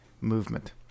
movement